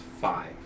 five